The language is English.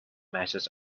matches